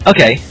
Okay